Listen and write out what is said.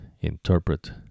interpret